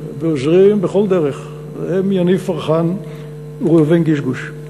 ועוזרים בכל דרך הם יניב פרחן וראובן גישגוש.